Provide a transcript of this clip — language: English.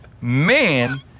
Man